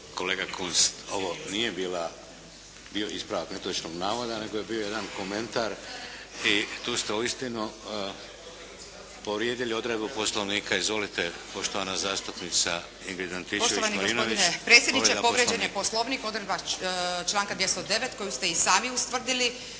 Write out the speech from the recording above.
Kolega Kunst! Ovo nije bilo ispravak netočnog navoda, nego je bio jedan komentar. I tu ste uistinu povrijedili odredbu Poslovnika. Izvolite poštovana zastupnica Ingrid Antičević-Marinović. **Antičević Marinović, Ingrid (SDP)** Poštovani gospodine predsjedniče! Povrijeđen je Poslovnik, odredba članka 209. koju ste i sami ustvrdili.